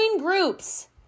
groups